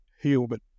human